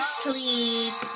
sleep